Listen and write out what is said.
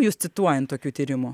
jus cituojant tokių tyrimų